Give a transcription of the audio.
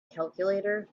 calculator